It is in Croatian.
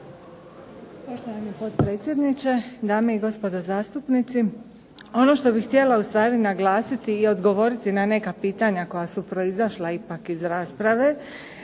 Poštovani potpredsjedniče, dame i gospodo zastupnici. Ono što bih htjela u stvari naglasiti i odgovoriti na neka pitanja koja su proizašla ipak iz rasprave